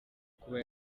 kuba